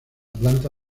planta